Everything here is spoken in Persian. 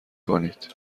کنید